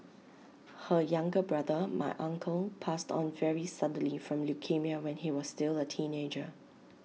her younger brother my uncle passed on very suddenly from leukaemia when he was still A teenager